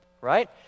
Right